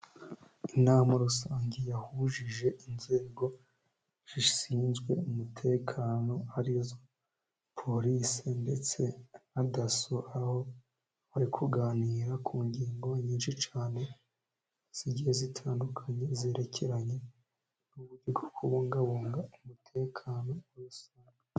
Inama rusange yahujije inzego zishinzwe umutekano arizo polisi, ndetse na daso aho bari kuganira ku ngingo nyinshi cyane, zigiye zitandukanye, zerekeranye n' uburyo bwo kubungabunga umutekano wa rusange.